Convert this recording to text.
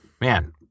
Man